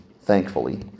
thankfully